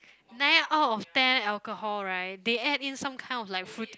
nine out of ten alcohol right they add in some kind of like fruit